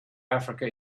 africa